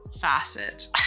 facet